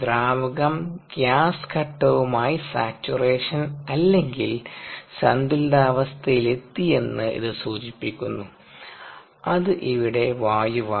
ദ്രാവകം ഗ്യാസ് ഘട്ടവുമായി സാച്ചുറേഷൻ അല്ലെങ്കിൽ സന്തുലിതാവസ്ഥയിലെത്തിയെന്ന് ഇത് സൂചിപ്പിക്കുന്നു അത് ഇവിടെ വായുവാണ്